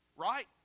Right